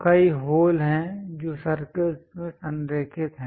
कई होल हैं जो सर्कल्स में संरेखित हैं